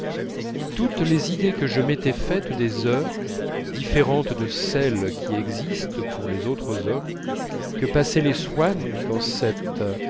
toutes les idées que je m'étais faites des heures différentes de celles qui existent pour les autres hommes que passaient les swann dans cet